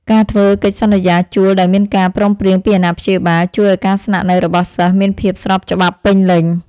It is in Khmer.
ការធ្វើកិច្ចសន្យាជួលដោយមានការព្រមព្រៀងពីអាណាព្យាបាលជួយឱ្យការស្នាក់នៅរបស់សិស្សមានភាពស្របច្បាប់ពេញលេញ។